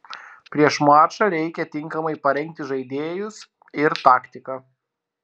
prieš mačą reikia tinkamai parengti žaidėjus ir taktiką